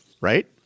right